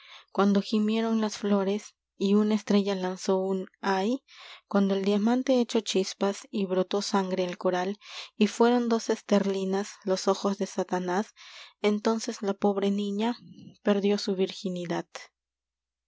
cuando y una gavilán gimieron las flores estrella lanzó un ay echó chispas cuando el diamante y y brotó sangre el coral fueron dos esterlinas niña los ojos de satanás la pobre entonces perdió su virginidad